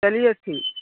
چلیے ٹھیک